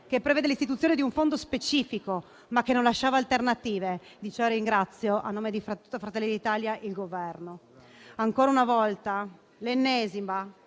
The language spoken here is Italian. che prevede l'istituzione di un fondo specifico, ma che non lasciava alternative. Di ciò ringrazio, a nome di Fratelli d'Italia, il Governo. Ancora una volta (l'ennesima),